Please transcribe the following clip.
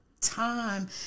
time